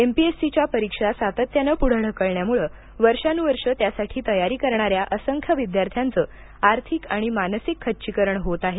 एमपीएससीच्या परीक्षा सातत्यानं पुढे ढकलण्यामुळे वर्षानुवर्षे त्यासाठी तयारी करणाऱ्या असंख्य विद्यार्थ्यांचं आर्थिक आणि मानसिक खच्चीकरण होत आहे